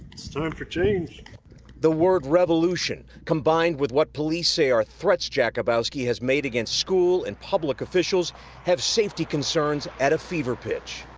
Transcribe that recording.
it's time for change. terry the word revolution combined with what police say are threats jakubowski has made against school and public officials have safety concerns at a fever pitch.